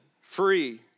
free